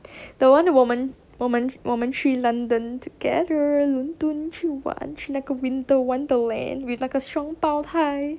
the one 我们我们我们去 london together 伦敦去玩去那个 winter wonderland with 那个双胞胎